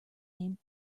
name